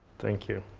thank you.